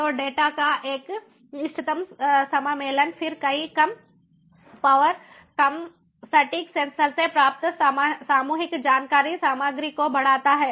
तो डेटा का एक इष्टतम समामेलन फिर कई कम पाउअर कम सटीक सेंसर से प्राप्त सामूहिक जानकारी सामग्री को बढ़ाता है